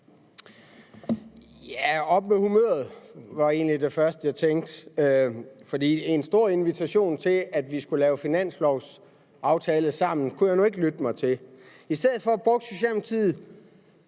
(V): Op med humøret, var egentlig det første, jeg tænkte. For en stor invitation til, at vi skulle lave finanslovsaftale sammen, kunne jeg ikke lytte mig til. I stedet for brugte